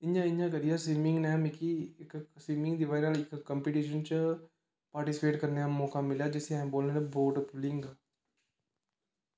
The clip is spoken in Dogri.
इ'यां इ'यां करियै स्विमिंग ने मिगी इक स्विमिंग दी बज़ह् नै इक कंपिटिशन च पार्टिसिपेट करने दा मौका मिलेआ जिसी अस बोलने बोट पुलिंग